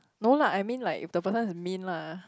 no lah I mean like if the person is mean lah